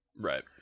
right